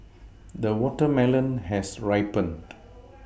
the watermelon has ripened